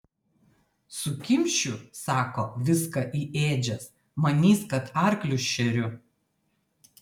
sukimšiu sako viską į ėdžias manys kad arklius šeriu